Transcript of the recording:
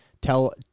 tell